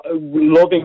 loving